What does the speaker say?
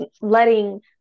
letting